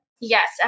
Yes